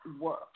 work